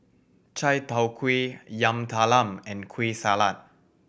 Chai Tow Kway Yam Talam and Kueh Salat